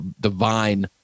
divine